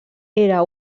era